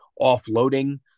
offloading